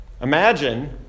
Imagine